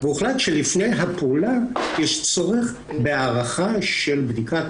והוחלט שלפני הפעולה יש צורך בהערכה של בדיקת